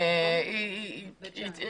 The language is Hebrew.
בית שאן.